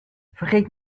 vergeet